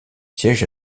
siège